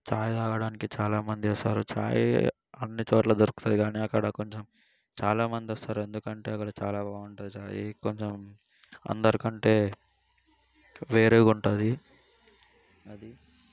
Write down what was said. ఛాయ్ తాగడానికి చాలామంది వస్తారు ఛాయే అన్నీ చోట్ల దొరుకుతుంది కానీ అక్కడ కొంచెం చాలామంది వస్తారు ఎందుకంటే అక్కడ చాలా బాగుంటుంది ఛాయ్ కొంచెం అందరికంటే వేరుగా ఉంటుంది అది